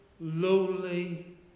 lowly